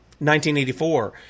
1984